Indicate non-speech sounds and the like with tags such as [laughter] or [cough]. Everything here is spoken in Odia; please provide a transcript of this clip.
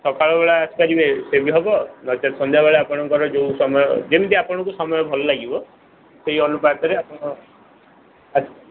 ସକାଳ ବେଳା ଆସି ପାରିବେ ସେ ବି ହେବ ନଚେତ୍ ସନ୍ଧ୍ୟାବେଳେ ଆପଣଙ୍କ ଯୋଉ ସମୟ ଯେମିତି ଆପଣଙ୍କୁ ସମୟ ଭଲ ଲାଗିବ ସେଇ ଅନୁପାତରେ ଆପଣ [unintelligible]